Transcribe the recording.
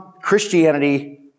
Christianity